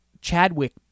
Chadwick